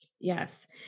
Yes